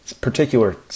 particular